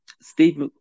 Steve